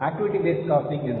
activity based costing